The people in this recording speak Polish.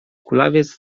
kulawiec